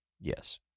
Yes